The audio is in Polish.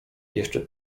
jeszcze